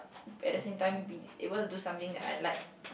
at the same time be able to do something that I like